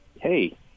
Hey